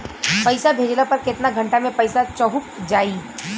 पैसा भेजला पर केतना घंटा मे पैसा चहुंप जाई?